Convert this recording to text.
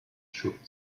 should